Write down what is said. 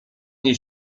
niej